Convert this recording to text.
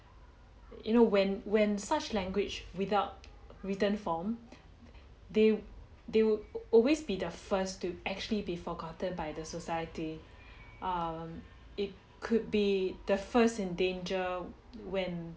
you know when when such language without written form they they will always be the first to actually be forgotten by the society um it could be the first in danger when